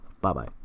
Bye-bye